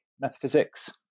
metaphysics